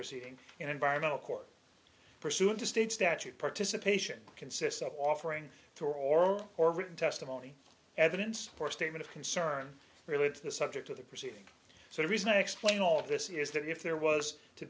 proceeding in environmental court pursuant to state statute participation consists of offering to or or or written testimony evidence or statement of concern relate to the subject of the proceedings so the reason i explain all of this is that if there was to